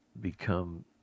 become